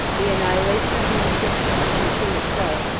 the annihilation of the inscription, and the tomb itself,